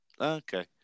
okay